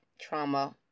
trauma